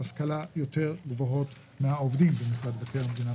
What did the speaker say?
השכלה יותר גבוהות מהעובדים במשרד מבקר המדינה,